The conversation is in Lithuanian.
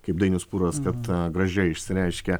kaip dainius pūras kad gražiai išsireiškia